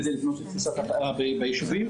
כדי לבנות את תפיסת ההפעלה ביישובים.